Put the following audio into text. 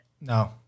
no